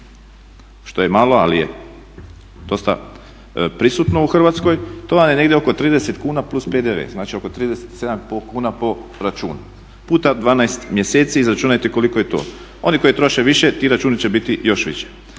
što je malo, ali je dosta prisutno u Hrvatskoj. To vam je negdje oko 30 kuna plus PDV. Znači oko 37 i pol kuna po računu puta 12 mjeseci, izračunajte koliko je to. Oni koji troše više ti računi će biti još viši.